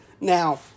Now